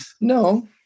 No